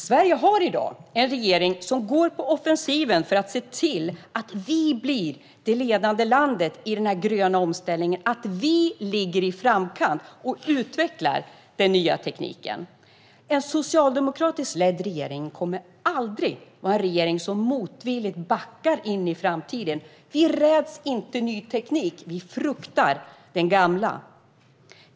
Sverige har i dag en regering som går på offensiven för att se till att vi blir det ledande landet i den gröna omställningen, att vi ligger i framkant och utvecklar den nya tekniken. En socialdemokratiskt ledd regering kommer aldrig att vara en regering som motvilligt backar in i framtiden. Vi räds inte ny teknik. Vi fruktar den gamla.